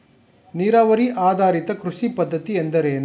ನೀರಾವರಿ ಆಧಾರಿತ ಕೃಷಿ ಪದ್ಧತಿ ಎಂದರೇನು?